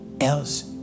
Else